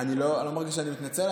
לא מרגיש שאני מתנצל.